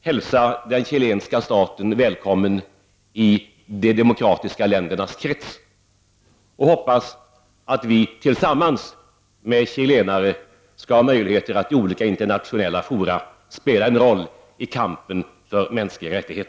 hälsa den chilenska staten välkommen i de demokratiska ländernas krets. Jag hoppas att vi tillsammans med chilenare skall ha möjligheter att i olika internationella fora spela en roll i kampen för mänskliga rättigheter.